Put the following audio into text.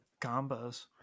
combos